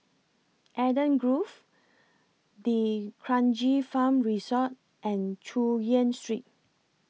Eden Grove D'Kranji Farm Resort and Chu Yen Street